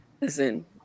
Listen